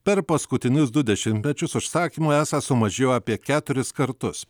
per paskutinius du dešimtmečius užsakymų esą sumažėjo apie keturis kartus